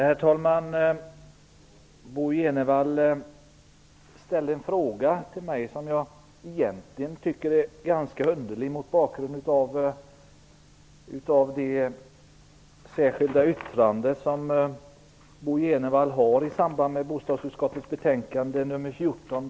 Herr talman! Bo G Jenevall ställde en fråga till mig som jag egentligen tycker är ganska underlig mot bakgrund av det särskilda yttrande som Bo G Jenevall har i samband med bostadsutskottets betänkande nr 14.